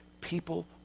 people